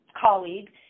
colleague